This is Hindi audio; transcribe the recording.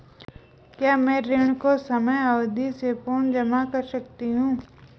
क्या मैं ऋण को समयावधि से पूर्व जमा कर सकती हूँ?